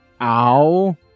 ow